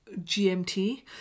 GMT